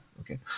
Okay